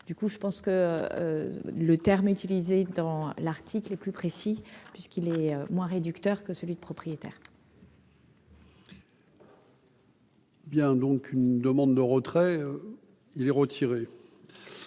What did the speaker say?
Du coup, je pense que le terme utilisé dans l'article, plus précis, puisqu'il est moins réducteur que celui de propriétaire. Bien donc une demande de retrait il est retiré.